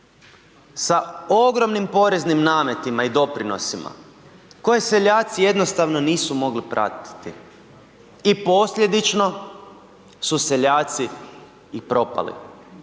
sa ogromnim poreznim nametima i doprinosima koje seljaci jednostavno nisu mogli pratiti i posljedično su seljaci i propali.